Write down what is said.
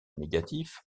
négatif